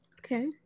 Okay